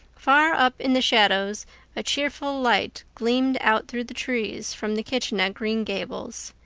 far up in the shadows a cheerful light gleamed out through the trees from the kitchen at green gables.